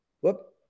whoop